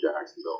Jacksonville